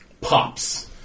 pops